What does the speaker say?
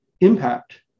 impact